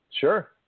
Sure